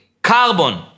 Carbon